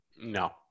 No